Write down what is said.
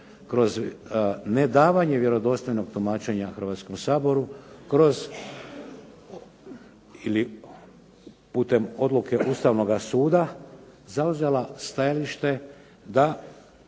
kroz nedavanje vjerodostojnog tumačenja Hrvatskom saboru, kroz ili putem odluke Ustavnoga suda zauzela stajalište da